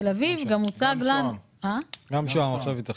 גם שוהם עכשיו התאכלס.